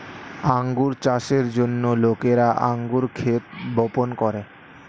আঙ্গুর চাষের জন্য লোকেরা আঙ্গুর ক্ষেত বপন করে